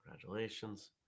congratulations